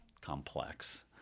complex